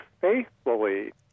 faithfully